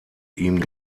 ihm